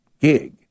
gig